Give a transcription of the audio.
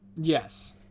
Yes